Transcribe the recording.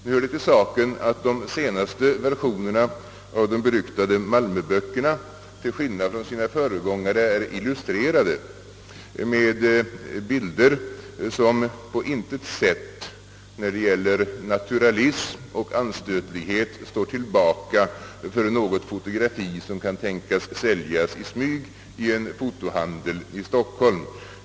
Nu hör det till saken att de senaste versionerna av de beryktade malmöböckerna till skillnad från sina föregångare är illustrerade med bilder, som i fråga om naturalism och anstötlighet på intet sätt står tillbaka för något fotografi som kan tänkas säljas i smyg i en fotohandel i Stockholm.